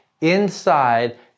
inside